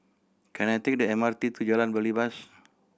can I take the M R T to Jalan Belibas